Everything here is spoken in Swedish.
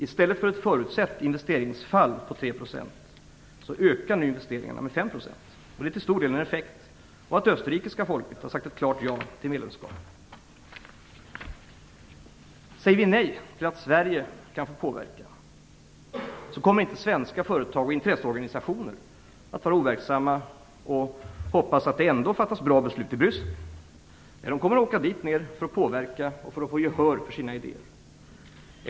I stället för ett förutsett investeringsfall på 3 % ökar nu investeringarna med 5 %. Det är till stor del en effekt av att det österrikiska folket har sagt ett klart ja till ett medlemskap. Säger vi nej till att Sverige skall få påverka, kommer inte svenska företag och intresseorganisationer att vara overksamma och hoppas att det ändå fattas bra beslut i Bryssel. De kommer att åka dit för att påverka och få gehör för sina idéer.